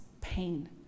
pain